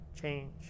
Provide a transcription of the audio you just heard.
change